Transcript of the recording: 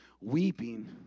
weeping